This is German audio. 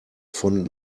von